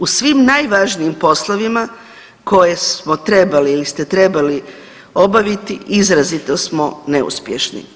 U svim najvažnijim poslovima koje smo trebali ili ste trebali obaviti izrazito smo neuspješni.